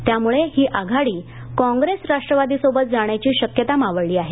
त्यामुळे ही आघाडी काँग्रेस राष्ट्रवादी सोबत जाण्याची शक्यता मावळली आहे